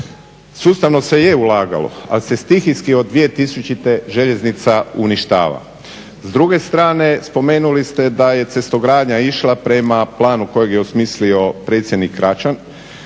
Sustavno se je ulagalo, ali se stihijski od 2000. željeznica uništava. S druge strane spomenuli ste da je cestogradnja išla prema planu kojeg je osmislio predsjednik Račan